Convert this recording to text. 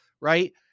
Right